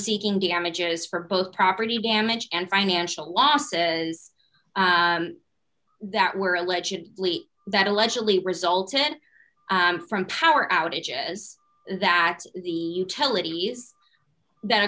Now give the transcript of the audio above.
seeking damages for both property damage and financial losses that were allegedly that allegedly resulted from power outage as that the tell it iis that